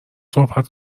صحبت